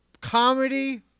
comedy